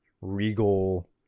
regal